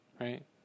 right